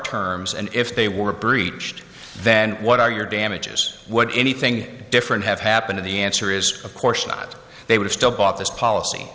terms and if they were breached then what are your damages what anything different have happened if the answer is of course not they would still bought this policy